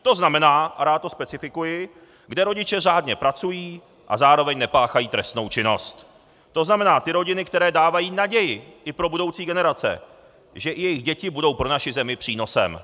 To znamená, a rád to specifikuji, kde rodiče řádně pracují a zároveň nepáchají trestnou činnost, to znamená ty rodiny, které dávají naději i pro budoucí generace, že i jejich děti budou pro naši zemi přínosem.